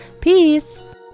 peace